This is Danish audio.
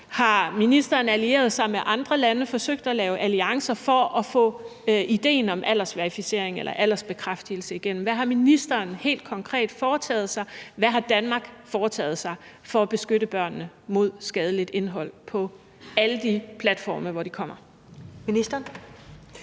Har ministeren allieret sig med andre lande og forsøgt at lave alliancer for at få idéen om aldersverificering eller aldersbekræftelse igennem? Hvad har ministeren helt konkret foretaget sig, hvad har Danmark foretaget sig for at beskytte børnene mod skadeligt indhold på alle de platforme, hvor de kommer? Kl.